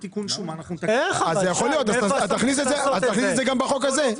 בתיקון שומה --- אז תכניס את זה גם בחוק הזה.